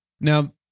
Now